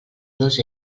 dos